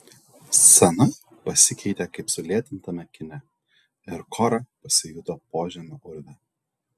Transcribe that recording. scena pasikeitė kaip sulėtintame kine ir kora pasijuto požemio urve